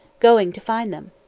going to find them.